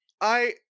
I-